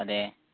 അതേ